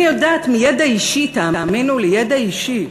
אני יודעת מידע אישי, תאמינו לי, ידע אישי.